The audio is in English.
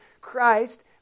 Christ